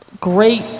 great